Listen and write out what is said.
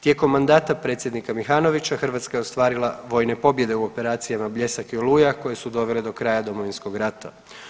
Tijekom mandata predsjednika Mihanovića Hrvatska je ostvarila vojne pobjede u operacijama Bljesak i Oluja koje su dovele do kraja Domovinskog rata.